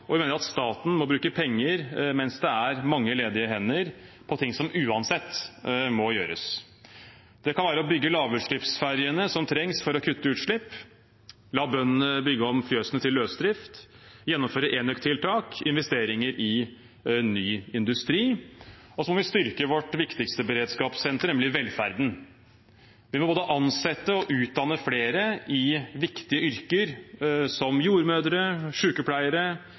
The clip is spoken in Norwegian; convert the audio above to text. og vi mener at staten må bruke penger, mens det er mange ledige hender, på ting som uansett må gjøres. Det kan være å bygge lavutslippsferjene som trengs for å kutte utslipp, la bøndene bygge om fjøsene til løsdrift, gjennomføre enøktiltak, investeringer i ny industri. Vi må styrke vårt viktigste beredskapssenter, nemlig velferden. Vi må både ansette og utdanne flere i viktige yrker, som jordmødre,